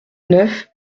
neuf